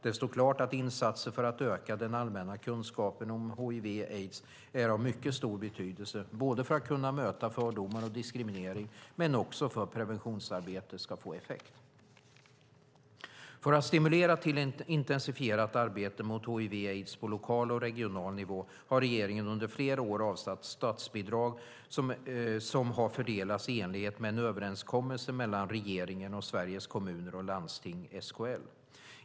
Det står klart att insatser för att öka den allmänna kunskapen om hiv aids på lokal och regional nivå har regeringen under flera år avsatt statsbidrag som har fördelats i enlighet med en överenskommelse mellan regeringen och Sveriges Kommuner och Landsting, SKL.